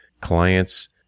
clients